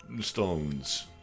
stones